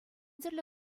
тӗрлӗ